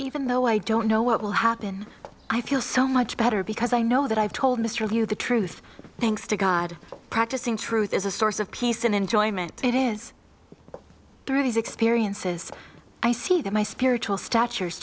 even though i don't know what will happen i feel so much better because i know that i've told mr liu the truth thanks to god practicing truth is a source of peace and enjoyment it is through these experiences i see that my spiritual stature is